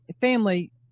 family